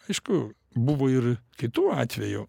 aišku buvo ir kitų atvejų